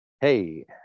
hey